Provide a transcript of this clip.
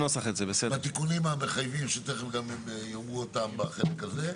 בתיקונים המחייבים שתכף גם יאמרו אותם בחלק הזה,